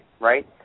Right